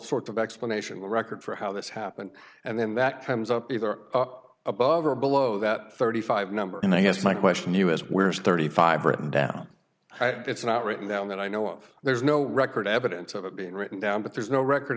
sorts of explanation the record for how this happened and then that comes up either above or below that thirty five number and i guess my question to you as where is thirty five written down it's not written down that i know of there's no record evidence of it being written down but there's no record